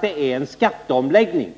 är en skatteomläggning.